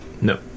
No